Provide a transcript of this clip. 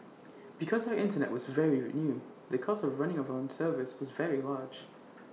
because the Internet was very new the cost of running our own servers was very large